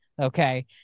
okay